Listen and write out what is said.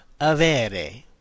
avere